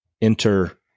Enter